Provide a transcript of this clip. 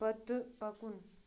پتہٕ پکُن